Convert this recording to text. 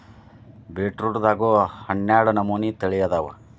ಬೇಟ್ರೂಟದಾಗು ಹನ್ನಾಡ ನಮನಿ ತಳಿ ಅದಾವ